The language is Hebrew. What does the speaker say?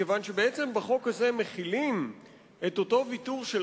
מכיוון שבעצם בחוק הזה מחילים את אותו ויתור של